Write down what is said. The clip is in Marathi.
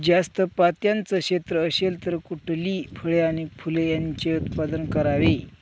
जास्त पात्याचं क्षेत्र असेल तर कुठली फळे आणि फूले यांचे उत्पादन करावे?